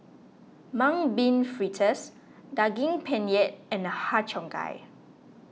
Mung Bean Fritters Daging Penyet and Har Cheong Gai